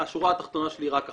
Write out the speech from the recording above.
השורה התחתונה שלי היא רק אחת,